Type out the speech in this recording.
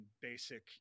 basic